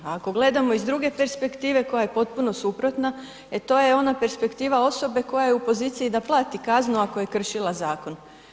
A ako gledamo iz druge perspektive, koja je potpuno suprotna, e to je ona perspektiva osobe koja je u poziciji da plati kaznu ako je kršila zakon.